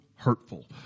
Hurtful